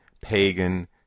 pagan